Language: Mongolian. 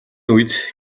үед